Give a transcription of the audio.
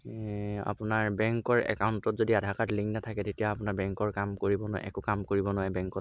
আপোনাৰ বেংকৰ একাউণ্টত যদি আধাৰ কাৰ্ড লিংক নাথাকে তেতিয়া আপোনাৰ বেংকৰ কাম কৰিব নোৱাৰে একো কাম কৰিব নোৱাৰে বেংকত